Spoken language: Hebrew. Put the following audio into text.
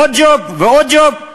עוד ג'וב ועוד ג'וב.